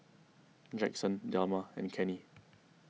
Jackson Delma and Kenney